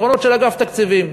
פתרונות של אגף תקציבים.